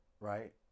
right